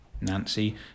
Nancy